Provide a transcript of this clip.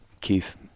Keith